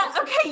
Okay